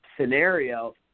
scenario